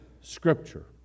scripture